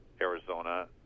Arizona